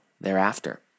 thereafter